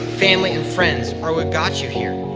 family and friends are what got you here.